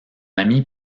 ami